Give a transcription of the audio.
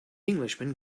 englishman